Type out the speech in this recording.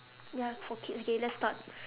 ya for kids K let's start